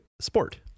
sport